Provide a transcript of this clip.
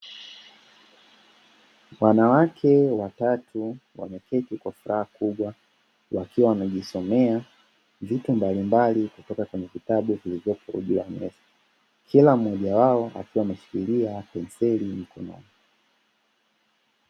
Wanawake watatu wameketi kwa furaha kubwa, wakiwa wanajisomea, vitu mbalimbali kutoka kwenye kitabu kilichokuwa juu ya meza. Kila mmoja wao akiwa ameshikilia, ameshikilia penseli mkononi.